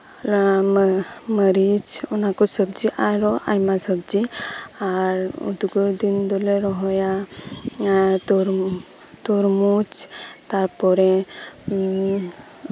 ᱢᱟᱹᱨᱤᱪ ᱚᱱᱟᱠᱚ ᱥᱚᱵᱽᱡᱤ ᱟᱨᱦᱚᱸ ᱟᱭᱢᱟ ᱥᱚᱵᱽᱡᱤ ᱩᱫᱽᱜᱟᱹᱨ ᱫᱤᱱ ᱫᱚᱞᱮ ᱨᱚᱦᱚᱭᱟ ᱛᱚᱨᱢᱩᱡᱽ ᱛᱟᱨᱯᱚᱨᱮ